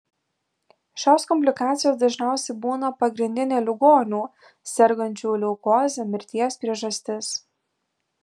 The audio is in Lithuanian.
šios komplikacijos dažniausiai būna pagrindinė ligonių sergančių leukoze mirties priežastis